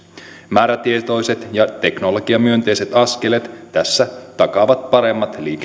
määrätietoiset ja teknologiamyönteiset askeleet tässä takaavat paremmat